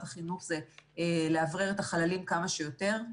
החינוך היא לאוורר את החללים כמה שיותר,